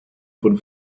von